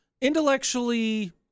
intellectually